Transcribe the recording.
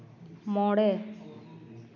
ᱢᱚᱬᱮ